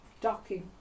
docking